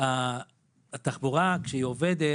כשהתחבורה הציבורית הרגילה,